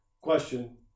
Question